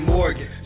Morgan